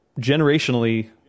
generationally